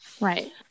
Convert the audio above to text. Right